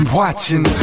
watching